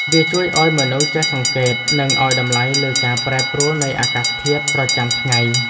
វាជួយឱ្យមនុស្សចេះសង្កេត និងឱ្យតម្លៃលើការប្រែប្រួលនៃអាកាសធាតុប្រចាំថ្ងៃ។